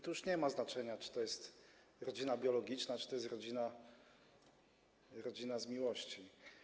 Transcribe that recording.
Tu już nie ma znaczenia, czy to jest rodzina biologiczna, czy to jest rodzina stworzona z miłości.